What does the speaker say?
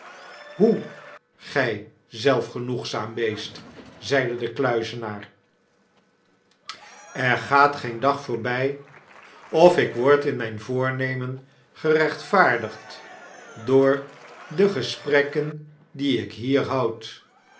hoe gy zelfgenoegzaam beest zeide de kluizenaar er gaat geen dag voorby of ik word in mijn voornemen gerechtvaardigd door de gesprekken die ik hier houd